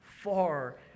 far